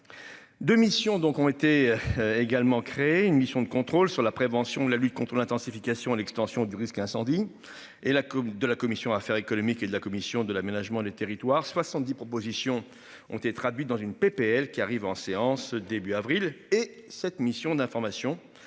De missions donc ont été. Également créer une mission de contrôle sur la prévention, la lutte contre une intensification et l'extension du risque incendie et la coupe de la commission affaires économiques et de la commission de l'aménagement des territoires. 70 propositions ont été traduits dans une PPL qui arrive en séance début avril et cette mission d'information